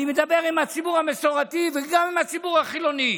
אני מדבר עם הציבור המסורתי וגם עם הציבור החילוני